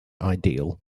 ideal